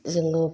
जोङो